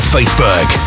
Facebook